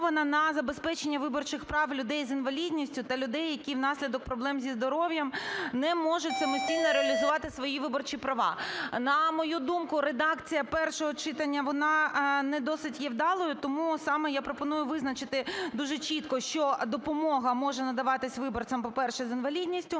На мою думку, редакція першого читання вона не досить є вдалою, тому саме я пропоную визначити дуже чітко, що допомога може надаватись виборцям, по-перше, з інвалідністю;